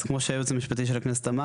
אז כמו שהייעוץ המשפטי של הכנסת אמר,